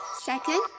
Second